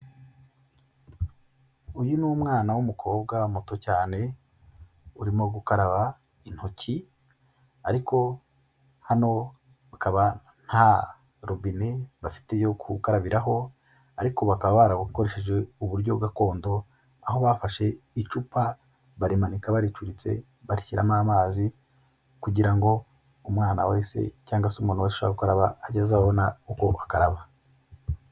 Uyu ni umwana w'umukobwa muto cyane urimo gukaraba intoki ariko hano bakaba nta robine bafite yo gukabiraho ariko bakaba barakoresheje uburyo gakondo. Aho bafashe icupa barimanika baricuritse barishyiramo amazi kugira ngo umwana wese cyangwag se umuntu ushaka gukaraba age aza abone uko akaraba.